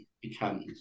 becomes